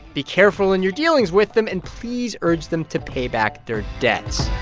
be careful in your dealings with them, and please urge them to pay back their debts